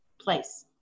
place